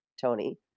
Tony